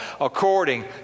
according